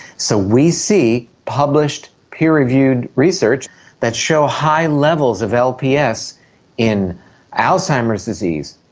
so we see published peer-reviewed research that show high levels of lps in alzheimer's disease,